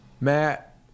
Matt